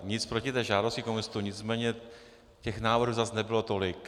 Nic proti žádosti komunistů, nicméně těch návrhů zas nebylo tolik.